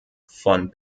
von